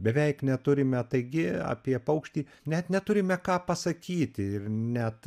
beveik neturime taigi apie paukštį net neturime ką pasakyti ir net